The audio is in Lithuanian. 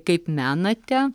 kaip menate